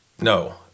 no